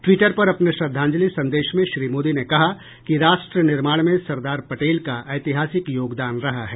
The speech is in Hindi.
ट्वीटर पर अपने श्रद्धांजलि संदेश में श्री मोदी ने कहा कि राष्ट्र निर्माण में सरदार पटेल का ऐतिहासिक योगदान रहा है